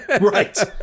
Right